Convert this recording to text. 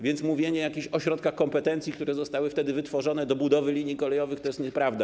Więc mówienie o jakichś ośrodkach kompetencji, które zostały wtedy utworzone do budowy linii kolejowych, to jest nieprawda.